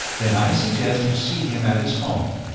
then i suggest you see him at his home.